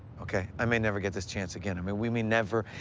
okay? i may never get this chance again. i mean, we may never,